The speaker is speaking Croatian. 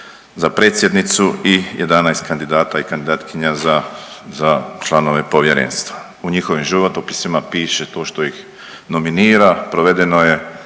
za predsjednicu i 11 kandidata i kandidatkinja za, za članove povjerenstva. U njihovim životopisima piše to što ih nominira. Provedeno je